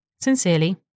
Sincerely